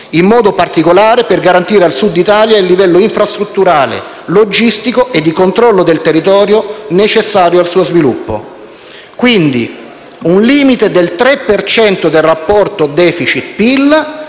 In modo particolare per garantire al Sud Italia il livello infrastrutturale, logistico e di controllo del territorio necessario al suo sviluppo. Quindi un limite del 3 per cento del rapporto *deficit*-PIL,